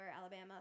Alabama